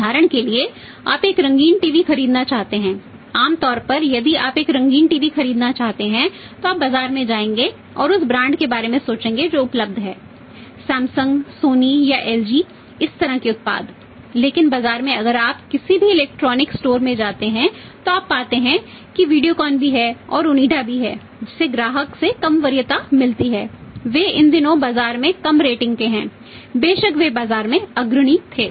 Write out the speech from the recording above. उदाहरण के लिए आप एक रंगीन टीवी खरीदना चाहते हैं आम तौर पर यदि आप एक रंगीन टीवी खरीदना चाहते हैं तो आप बाजार में जाएंगे और उस ब्रांड के हैं बेशक वे बाजार में अग्रणी थे